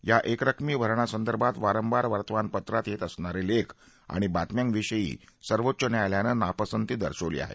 या एकरकमी भरणा संदर्भात वारंवांर वर्तमान पत्रात येतअसणाऱ्या लेख आणि बातम्यांविषयीही सर्वोच्च न्यायलयानं नापसंती दर्शवली आहे